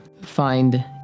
find